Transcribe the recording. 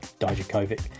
Dijakovic